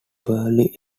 barely